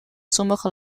sommige